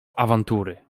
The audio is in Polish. awantury